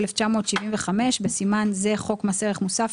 התשל"ו-1975 - (בסימן זה - חוק מס ערך מוסף)